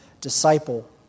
disciple